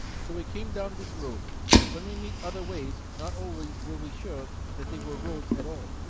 so we came down this road when we meet other ways not always were we sure that they were roads at all,